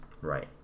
right